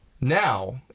Now